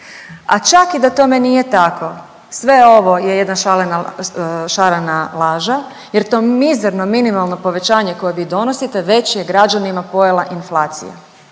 A čak i da tome nije tako sve ovo je jedna šarena laža jer to mizerno, minimalno povećanje koje vi donosite već je građanima pojela inflacija,